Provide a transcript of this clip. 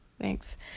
thanks